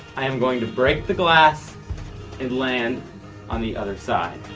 i am going to break the glass and land on the other side.